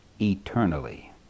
eternally